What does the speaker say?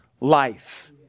life